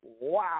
Wow